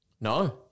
No